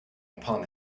upon